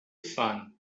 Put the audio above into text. sun